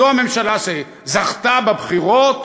זו הממשלה שזכתה בבחירות.